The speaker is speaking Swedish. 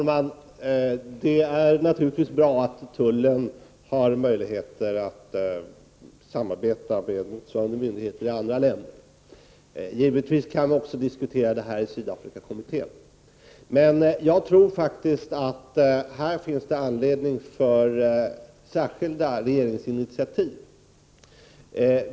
Herr talman! Det är naturligtvis bra att tullen har möjlighet att samarbeta med motsvarande myndigheter i andra länder. Givetvis kan detta diskuteras även i Sydafrikakommittén. Men jag tror att det i detta fall finns anledning för regeringen att ta särskilda initiativ.